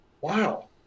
wow